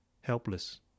Helpless